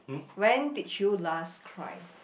when did you last cry